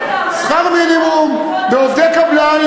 לשכר מינימום לעובדי קבלן,